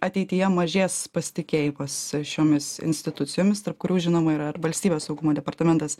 ateityje mažės pasitikėjimas šiomis institucijomis tarp kurių žinoma yra ir valstybės saugumo departamentas